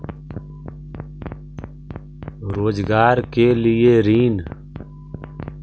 रोजगार के लिए ऋण?